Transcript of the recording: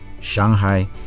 Shanghai